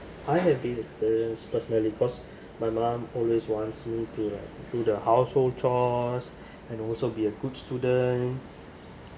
I have been personally cause my mom always wants me to like do the household chores and also be a good student